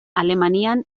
alemanian